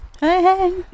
hey